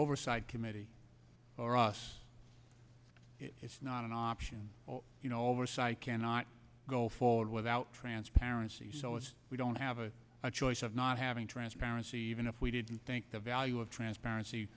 oversight committee for us it's not an option you know oversight cannot go forward without transparency so if we don't have a choice of not having transparency even if we didn't think the value of transparency